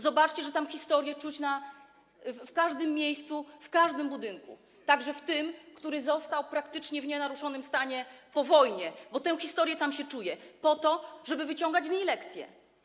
Zobaczcie, że tam historię czuć w każdym miejscu, w każdym budynku, także tym, który został praktycznie w nienaruszonym stanie po wojnie, bo tę historię tam się czuje po to, żeby wyciągać z niej lekcje.